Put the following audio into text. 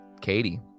katie